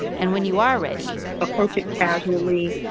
and when you are ready. approach it casually,